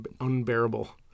unbearable